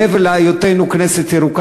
מעבר להיותנו כנסת ירוקה,